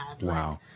wow